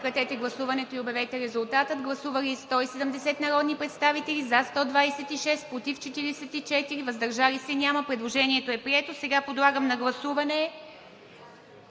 на прегласуване. Гласували 170 народни представители: за 126, против 44, въздържали се няма. Предложението е прието. Сега подлагам на гласуване...